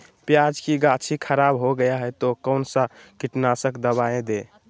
प्याज की गाछी खराब हो गया तो कौन सा कीटनाशक दवाएं दे?